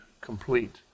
complete